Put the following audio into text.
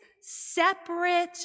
separate